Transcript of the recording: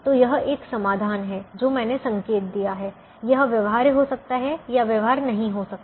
तो यह एक समाधान है जो मैंने संकेत दिया है यह व्यवहार्य हो सकता है यह व्यवहार्य नहीं हो सकता